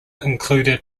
included